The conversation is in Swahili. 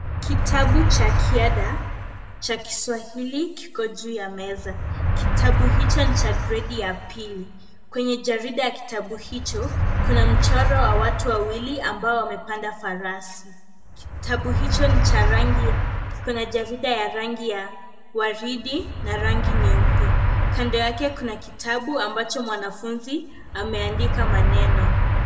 Kitabu cha kiada, cha kiswahili Kiko juu ya Meza. Kitabu hicho ni cha gredi ya pili. Kwenye jarida ya kitabu hicho, kuna mchoro wa watu wa wili ambao wamepanda farasi. Kitabu hicho ni cha rangi, kina jarida ya rangi ya waridi na rangi nyeupe. Kando yake kuna kitabu ambacho mwanafunzi ameandika maneno.